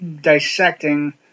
dissecting